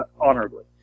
honorably